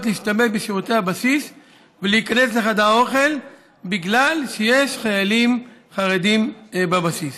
להשתמש בשירותי הבסיס ולהיכנס לחדר האוכל בגלל שיש חיילים חרדים בבסיס.